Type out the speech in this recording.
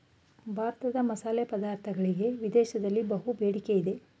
ಭಾರತದ ಮಸಾಲೆ ಪದಾರ್ಥಗಳಿಗೆ ವಿದೇಶದಲ್ಲಿ ಬಹಳ ಬೇಡಿಕೆ ಇದೆ